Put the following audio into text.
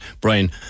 Brian